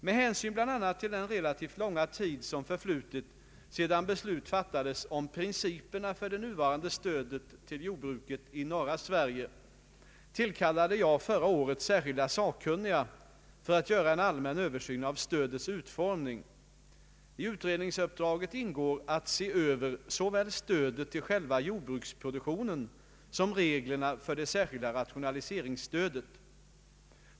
Med hänsyn bl.a. till den relativt långa tid, som förflutit sedan beslut fattades om principerna för det nuvarande stödet till jordbruket i norra Sverige, tillkallade jag förra året särskilda sakkunniga för att göra en allmän översyn av stödets utformning. I utrednings uppdraget ingår att se över såväl stödet till själva jordbruksproduktionen som reglerna för det särskilda rationaliseringsstödet.